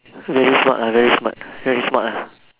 very smart ah very smart very smart ah